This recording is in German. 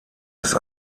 ist